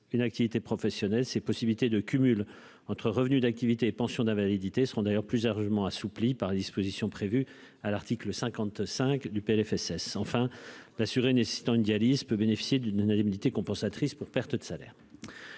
une activité professionnelle, ces possibilités de cumul entre revenus d'activité et pension d'invalidité, seront d'ailleurs plus arguments assouplie par dispositions prévues à l'article 55 du PLFSS enfin l'assurer nécessitant une dialyse peut bénéficier d'une indemnité compensatrice pour perte de salaire,